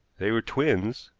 they were twins,